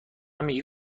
میگی